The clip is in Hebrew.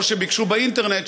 או שביקשו באינטרנט,